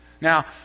Now